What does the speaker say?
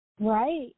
Right